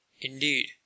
indeed